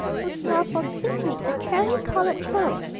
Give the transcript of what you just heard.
whose mouth was simply a cherry-coloured curve,